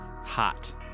hot